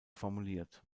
formuliert